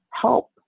help